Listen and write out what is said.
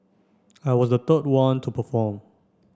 I was the third one to perform